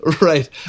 Right